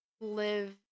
live